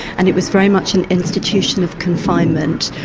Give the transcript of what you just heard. and it was very much an institution of confinement,